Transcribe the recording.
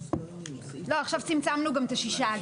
עכשיו צמצמנו גם את השישה.